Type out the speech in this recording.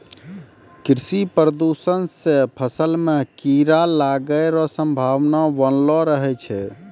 कृषि प्रदूषण से फसल मे कीड़ा लागै रो संभावना वनलो रहै छै